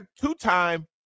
two-time